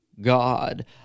God